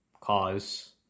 cause